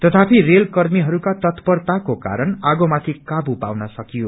तथापि रेल कर्मीहरूका तत्परताको कारण आगो माथि काबू पाउन सकियो